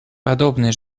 подобные